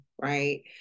right